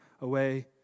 away